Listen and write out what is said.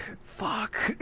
fuck